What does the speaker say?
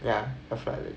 yeah a friday